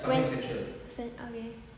west cen~ okay